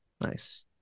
nice